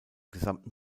gesamten